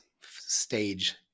stage